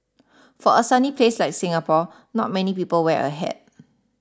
for a sunny place like Singapore not many people wear a hat